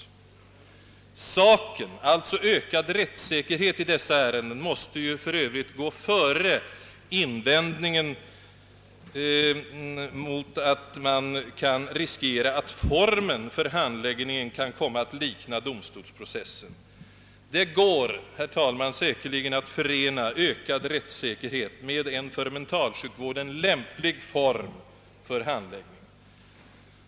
Saken, alltså ökad rättssäkerhet i dessa ärenden, måste för Öövrigt gå före invändningen mot att man kan riskera att formen för handläggningen kan komma att likna domstolsprocessen. Det går, herr talman, säkerligen att förena ökad rättssäkerhet med en för mentalsjukvården lämplig form för handläggningen av utskrivningsärendena.